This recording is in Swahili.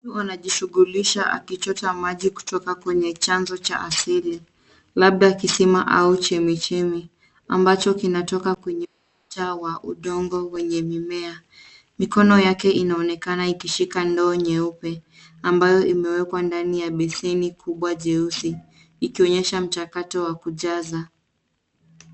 Mtu huyu anajishugulisha akichota maji kutoka kwenye chanzo cha asili labda kisima au chemichemi ambacho kinatoka kwenye mtaa wa udongo wenye mimea mikono yake inaonekana ikishika doo nyeupe ambayo imewekwa ndani ya beseni kubwa jeusi ikionyesha mchakato wa kujaza.